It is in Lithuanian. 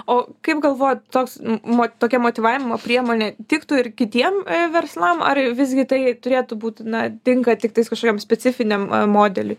o kaip galvojat toks m mo tokia motyvavimo priemonė tiktų ir kitiem verslam ar visgi tai turėtų būti na tinka tiktais kažkokiam specifiniam modeliui